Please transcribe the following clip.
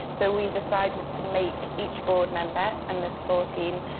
so we decided to make each board member, and there's fourteen,